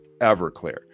Everclear